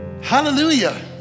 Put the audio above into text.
Hallelujah